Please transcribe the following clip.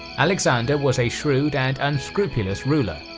alexander was a shrewd and unscrupulous ruler,